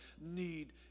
need